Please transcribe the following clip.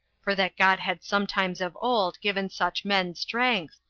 for that god had sometimes of old given such men strength,